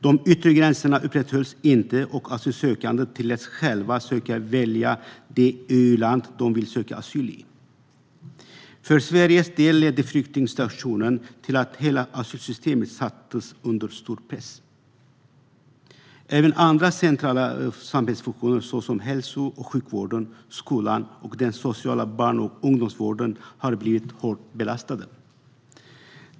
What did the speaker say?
De yttre gränserna upprätthölls inte, och asylsökande tilläts själva välja vilket EU-land de skulle söka asyl i. För Sveriges del ledde flyktingsituationen till att hela asylsystemet sattes under stor press. Även andra centrala samhällsfunktioner, såsom hälso och sjukvården, skolan och den sociala barn och ungdomsvården, har blivit hårt belastade.